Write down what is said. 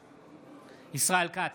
בעד ישראל כץ,